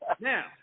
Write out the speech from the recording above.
Now